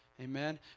Amen